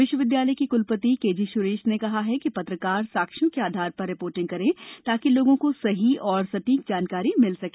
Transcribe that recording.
विश्वविद्यालय के कुलपति के जी सुरेश ने कहा कि पत्रकार साक्ष्यों के आधार पर रिपोर्टिंग करें ताकि लोगों को सही और सटीक जानकारी मिल सके